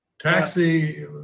taxi